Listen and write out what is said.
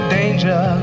danger